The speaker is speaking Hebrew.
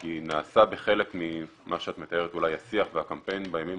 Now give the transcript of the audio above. כי נעשה בחלק ממה שאת מתארת אולי כשיח והקמפיין בימים